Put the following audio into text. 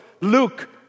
Luke